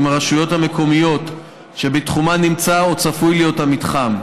הרשויות המקומיות שבתחומן נמצא או צפוי להיות המתחם.